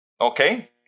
okay